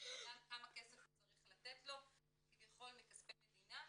לדעת כמה כסף הוא צריך לתת לו כביכול מכספי מדינה,